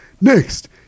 Next